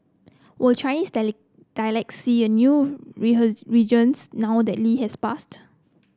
were Chinese dialect see a new resurgence now that Lee has passed